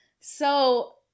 So-